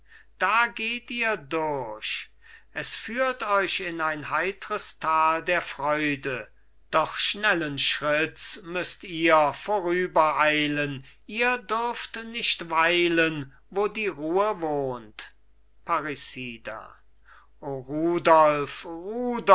da geht ihr durch es führt euch in ein heitres tal der freude doch schnellen schritts müsst ihr vorübereilen ihr dürft nicht weilen wo die ruhe wohnt parricida o